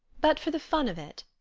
but for the fun of it,